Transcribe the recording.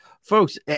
folks